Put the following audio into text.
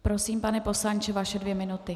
Prosím, pane poslanče, vaše dvě minuty.